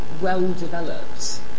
well-developed